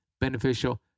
beneficial